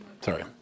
Sorry